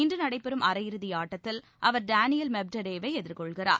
இன்று நடைபெறும் அரையிறுதி ஆட்டத்தில் அவர் டேனியல் மெட்வடேவை எதிர்கொள்கிறார்